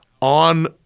on